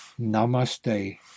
Namaste